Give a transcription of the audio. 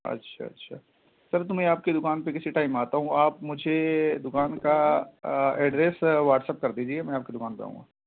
اچھا اچھا سر تو میں آپ کی دکان پہ کسی ٹائم آتا ہوں آپ مجھے دکان کا ایڈریس واٹسپ کر دیجیے میں آپ کی دکان پہ آؤں گا